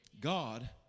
God